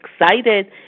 excited